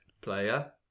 player